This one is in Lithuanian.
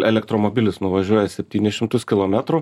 elektromobilis nuvažiuoja septynis šimtus kilometrų